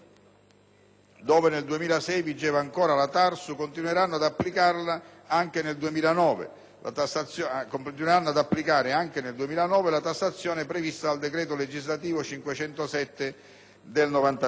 dove nel 2006 vigeva ancora la TARSU continueranno ad applicare anche nel 2009 la tassazione prevista dal decreto legislativo n. 507 del 1993,